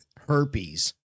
herpes